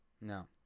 No